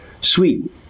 Sweet